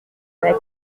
avec